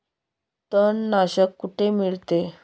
तणनाशक कुठे मिळते?